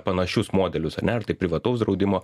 panašius modelius ane ar tai privataus draudimo